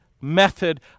method